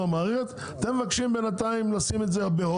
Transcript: אתם מבקשים לשים את זה בינתיים ב-hold.